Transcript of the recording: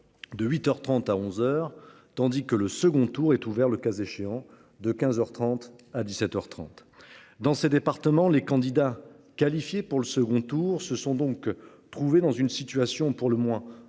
De 8h 30 à 11h, tandis que le second tour est ouvert, le cas échéant, de 15h 30 à 17h 30. Dans ces départements, les candidats qualifiés pour le second tour se sont donc trouvés dans une situation pour le moins